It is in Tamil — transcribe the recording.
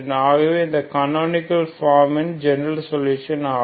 ஆகவே இது கனோனிகள் ஃபார்ம் இன் ஜெனரல் சொலுஷன் ஆகும்